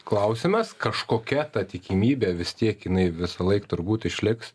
klausimas kažkokia ta tikimybė vis tiek jinai visąlaik turbūt išliks